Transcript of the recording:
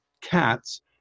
cats